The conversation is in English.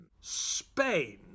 Spain